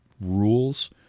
rules